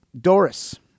Doris